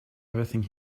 everything